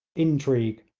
intrigue,